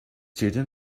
cheating